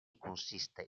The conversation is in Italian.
consiste